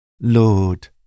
Lord